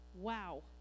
Wow